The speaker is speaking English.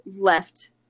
left